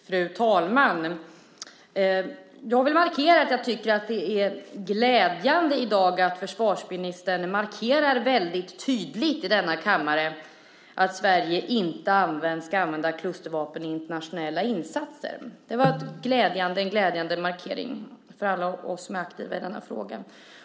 Fru talman! Jag vill betona att jag tycker att det är glädjande att försvarsministern i dag tydligt i denna kammare markerar att Sverige inte ska använda klustervapen i internationella insatser. Det var en glädjande markering för alla oss som är aktiva i denna fråga.